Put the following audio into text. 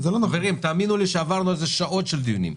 חברים, תאמינו לי שעברנו על זה שעות של דיונים.